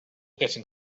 getting